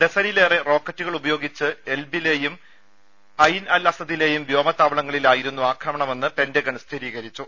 ഡസനിലേറെ റോക്കറ്റുകൾ ഉപയോഗിച്ച് എർബിലെയും ഐൻ അൽ അസദിലെയും വ്യോമതാവളങ്ങളിലായിരുന്നു ആക്രമണമെന്ന് പെൻറഗൺ സ്ഥിരീകരിച്ചു